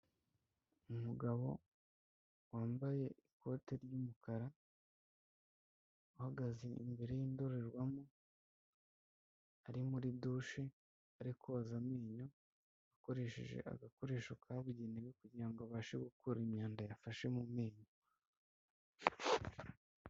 Umugabo wambaye ikote ry'umukara, uhagaze imbere y'indorerwamo, ari muri douche ari koza amenyo, akoresheje agakoresho kabugenewe kugira ngo abashe gukura imyanda yafashe mu menyo.